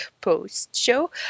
Post-show